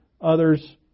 others